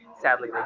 sadly